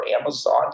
Amazon